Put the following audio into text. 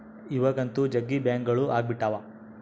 ಇವಾಗಂತೂ ಜಗ್ಗಿ ಬ್ಯಾಂಕ್ಗಳು ಅಗ್ಬಿಟಾವ